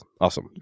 Awesome